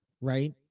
right